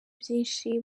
byinshi